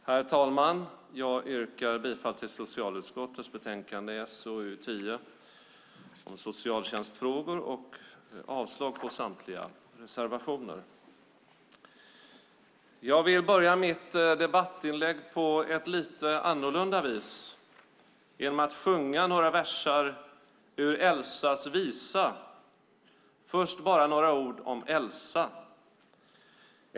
Herr talman! Jag yrkar bifall till socialutskottets förslag i betänkande SoUl0 om socialtjänstfrågor och avslag på samtliga reservationer. Jag vill börja mitt debattinlägg på ett lite annorlunda vis - genom att sjunga några verser ur Elsas visa . Först ska jag bara säga några ord om Elsa.